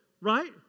right